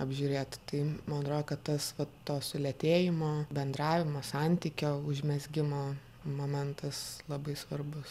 apžiūrėt tai man atrodo kad tas vat to sulėtėjimo bendravimo santykio užmezgimo momentas labai svarbus